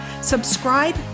subscribe